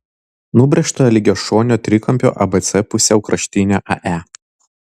nubrėžta lygiašonio trikampio abc pusiaukraštinė ae